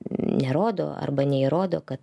nerodo arba neįrodo kad